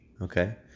okay